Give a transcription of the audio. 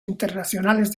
internacionales